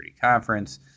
conference